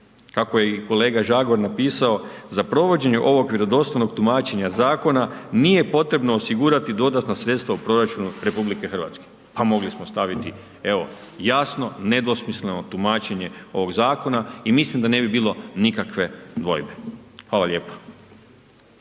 kako je i kolega Žagar napisao, za provođenje ovog vjerodostojnog tumačenja zakona, nije potrebno osigurati dodatna sredstva u proračunu RH. A mogli smo staviti evo, jasno, nedvosmisleno tumačenje ovog zakona i mislim da ne bi bilo nikakve dvojbe, hvala lijepa.